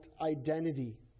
identity